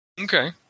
Okay